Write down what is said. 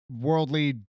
worldly